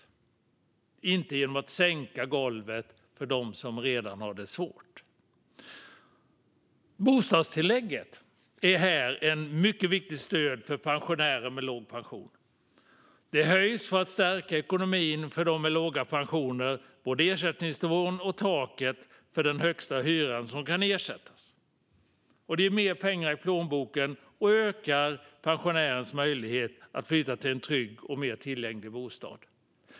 Man ska inte sänka golvet för dem som redan har det svårt. Bostadstillägget är ett mycket viktigt stöd för pensionärer med låg pension. Det höjs för att stärka ekonomin för dem med låga pensioner. Det gäller både ersättningsnivån och taket för den högsta hyra som kan ersättas. Det ger mer pengar i plånboken och ökar pensionärers möjlighet att flytta till en trygg och mer tillgänglig bostad.